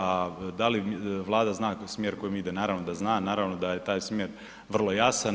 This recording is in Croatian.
A da li Vlada zna smjer kojim ide, naravno da zna, naravno da je taj smjer vrlo jasan.